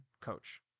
coach